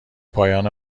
پایان